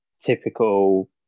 typical